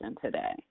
today